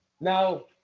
Now